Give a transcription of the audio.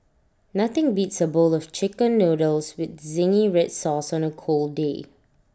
nothing beats A bowl of Chicken Noodles with Zingy Red Sauce on A cold day